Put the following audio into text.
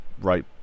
right